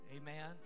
amen